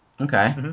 Okay